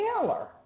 Taylor